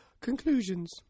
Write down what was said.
Conclusions